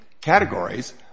categories